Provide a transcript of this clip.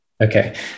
Okay